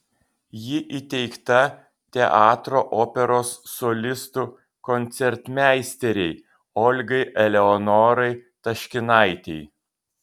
ji įteikta teatro operos solistų koncertmeisterei olgai eleonorai taškinaitei